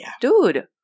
dude